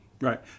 Right